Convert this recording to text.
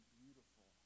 beautiful